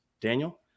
Daniel